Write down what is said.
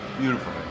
Beautiful